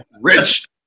Rich